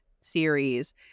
series